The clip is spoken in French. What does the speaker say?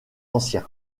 ancien